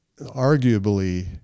Arguably